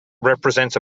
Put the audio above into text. represents